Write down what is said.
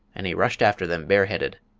and he rushed after them bareheaded.